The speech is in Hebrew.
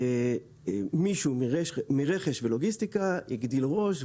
מישהו מרכש ולוגיסטיקה הגדיל ראש,